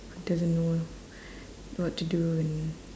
who doesn't know what to do and